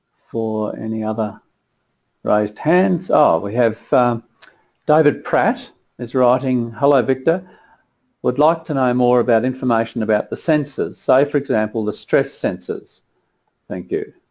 for any other right hands are ah we have david pratt is rotting hello victor would like to know more about information about the sensors say for example the stress sensors thank you